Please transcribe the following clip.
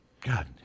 God